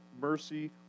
mercy